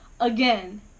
again